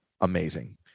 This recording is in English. amazing